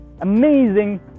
amazing